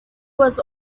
was